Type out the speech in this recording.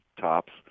tops